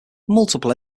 multiple